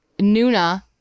nuna